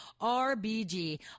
RBG